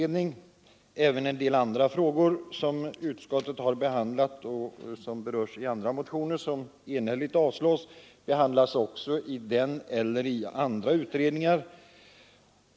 Situationen är alltså den att denna fråga, liksom även en del andra frågor som utskottet behandlat och som tagits upp i motioner vilka enhälligt avstyrkts, behandlas av den pågående skatteutredningen eller andra utredningar.